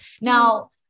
Now